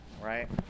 right